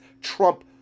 trump